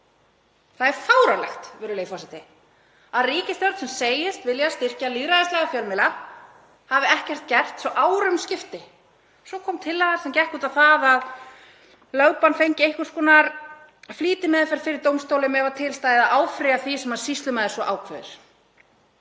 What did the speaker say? Það er fáránlegt, virðulegi forseti, að ríkisstjórn sem segist vilja styrkja lýðræðislega fjölmiðla hafi ekkert gert svo árum skipti. Svo kom tillaga sem gekk út á að lögbönn fengju einhvers konar flýtimeðferð fyrir dómstólum ef til stæði að áfrýja því sem sýslumaður svo ákveður.